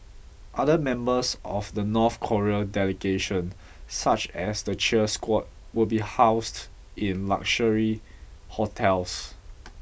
other members of the North Korean delegation such as the cheer squad will be housed in luxury hotels